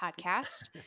podcast